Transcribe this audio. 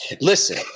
Listen